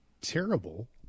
terrible